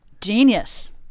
Genius